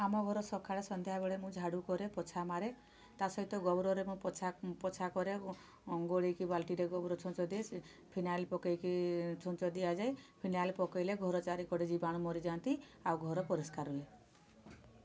ଆମ ଘର ସକାଳେ ସନ୍ଧ୍ୟା ବେଳେ ମୁଁ ଝାଡୁ କରେ ପୋଛା ମାରେ ତା' ସହିତ ଗୋବରରେ ମୁଁ ପୋଛା କରେ ଏବଂ ଗୋଳେଇକି ବାଲଟିରେ ଗୋବର ଛେଚ ଦିଏ ସେ ଫିନାଇଲ ପକେଇକି ଛୁଞ୍ଚ ଦିଆଯାଏ ଫିନାଇଲ ପକେଇଲେ ଘର ଚାରିପଟେ ଜୀବାଣୁ ମରିଯାନ୍ତି ଆଉ ଘର ପରିଷ୍କାର ରହେ